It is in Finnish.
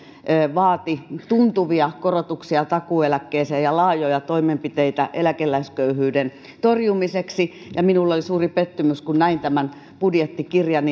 vaati tuntuvia korotuksia takuueläkkeeseen ja laajoja toimenpiteitä eläkeläisköyhyyden torjumiseksi minulle oli suuri pettymys kun näin tämän budjettikirjan